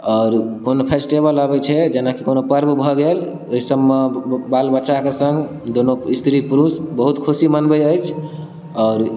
आओर कोनो फेस्टेबल अबैत छै जेना कि कोनो पर्व भऽ गेल एहि सबमे बालबच्चाके सङ्ग दुनू स्त्रीपुरुष बहुत खुशी मनबैत अछि आओर